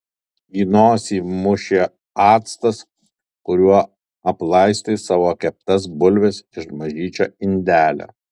į nosį mušė actas kuriuo aplaistai savo keptas bulves iš mažyčio indelio